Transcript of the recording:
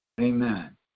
Amen